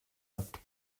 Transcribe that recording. left